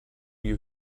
you